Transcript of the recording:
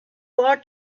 our